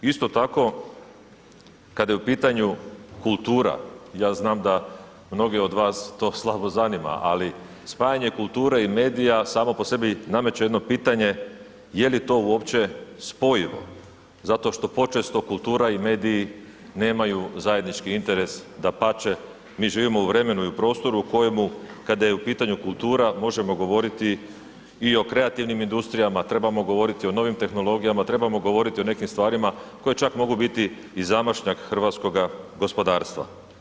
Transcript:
Isto tako kada je u pitanju kultura, ja znam da mnoge od vas to slabo zanima, ali spajanje kulture i medija samo po sebi nameće jedno pitanje je li to uopće spojivo zato što počesto kultura i mediji nemaju zajednički interes, dapače mi živimo u vremenu i u prostoru u kojemu kada je u pitanju kultura možemo govoriti i o kreativnim industrijama, trebamo govoriti o novim tehnologijama, trebamo govoriti o nekim stvarima koje čak mogu biti i zamašnjak hrvatskoga gospodarstva.